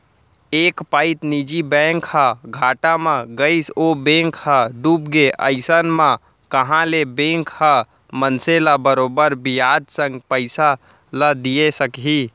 एक पइत निजी बैंक ह घाटा म गइस ओ बेंक ह डूबगे अइसन म कहॉं ले बेंक ह मनसे ल बरोबर बियाज संग पइसा ल दिये सकही